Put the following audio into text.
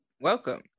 Welcome